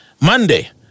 Monday